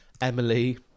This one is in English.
Emily